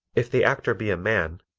if the actor be a man,